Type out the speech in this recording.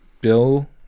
Bill